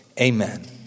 Amen